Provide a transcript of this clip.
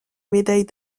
médaille